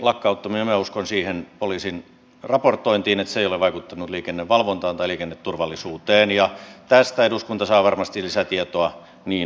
minä uskon siihen poliisin raportointiin että se ei ole vaikuttanut liikennevalvontaan tai liikenneturvallisuuteen ja tästä eduskunta saa varmasti lisätietoa niin halutessaan